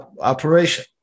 operation